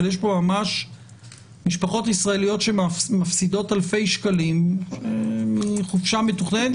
אבל יש פה ממש משפחות ישראליות שמפסידות אלפי שקלים מחופשה מתוכננת,